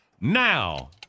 now